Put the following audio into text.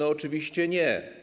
Oczywiście nie.